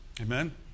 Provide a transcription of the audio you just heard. Amen